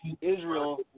Israel